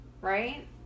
Right